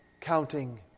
counting